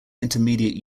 intermediate